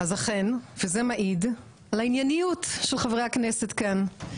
אז אכן וזה מעיד לענייניות של חברי הכנסת כאן,